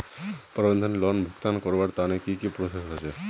प्रबंधन लोन भुगतान करवार तने की की प्रोसेस होचे?